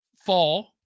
fall